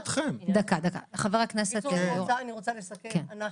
אני רוצה לסכם.